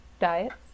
diets